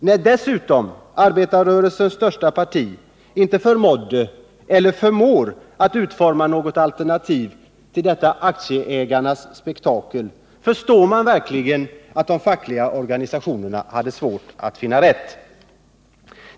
När dessutom arbetarrörelsens största parti inte förmådde eller förmår att utforma något alternativ till detta aktieägarnas spektakel, förstår man verkligen att de fackliga organisationerna hade svårt att finna rätt väg.